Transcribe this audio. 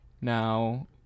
Now